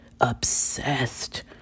obsessed